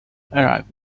arrive